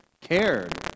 cared